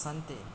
सन्ति